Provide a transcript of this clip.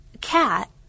Cat